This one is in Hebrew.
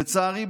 לצערי,